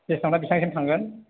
स्टेजावदा बिसिबांसिम थांगोन